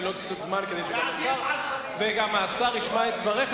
עוד קצת זמן כדי שגם השר ישמע את דבריך,